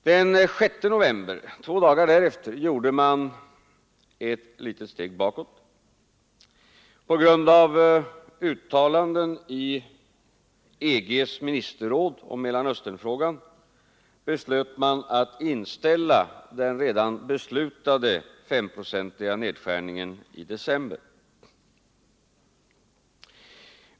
Den 6 november, efter två dagar, tog man ett litet steg bakåt. På grund av uttalanden i EG:s ministerråd om Mellanösternfrågan beslöt man att inställa den redan beslutade 5-procentiga nedskärningen i december.